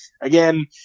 Again